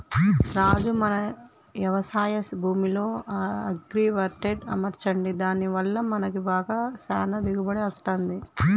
రాజు మన యవశాయ భూమిలో అగ్రైవల్టెక్ అమర్చండి దాని వల్ల మనకి చానా దిగుబడి అత్తంది